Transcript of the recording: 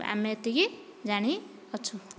ଆମେ ଏତିକି ଜାଣିଅଛୁ